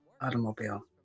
automobile